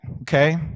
okay